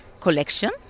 collection